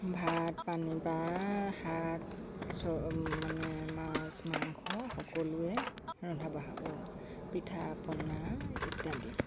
ভাত পানীৰ পৰা শাক চব মানে মাছ মাংস সকলোৱে ৰন্ধা বঢ়া কৰোঁ পিঠা পনা ইত্যাদি